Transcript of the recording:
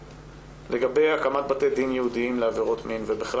לגבי הקמת בתי הדין ייעודיים לעבירות מין ובכלל